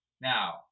Now